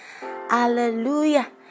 hallelujah